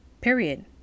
period